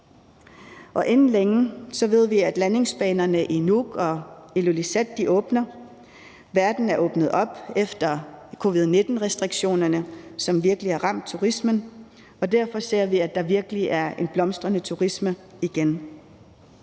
Inden længe ved vi at landingsbanerne i Nuuk og Ilulissat åbner. Verden er åbnet op efter covid-19-restriktionerne, som virkelig har ramt turismen, og derfor ser vi, at der virkelig er en blomstrende turisme igen.